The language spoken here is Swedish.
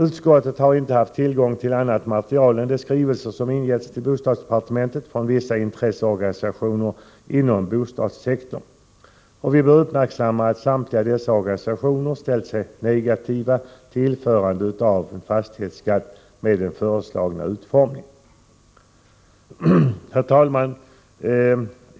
Utskottet har inte haft tillgång till annat material än de skrivelser som ingetts till bostadsdepartementet från vissa intresseorganisationer inom bostadssektorn. Vi bör uppmärksamma att samtliga dessa organisationer ställt sig negativa till införandet av en fastighetsskatt med den föreslagna utformningen. Herr talman!